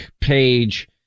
Page